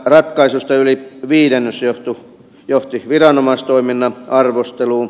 ratkaisuista yli viidennes johti viranomaistoiminnan arvosteluun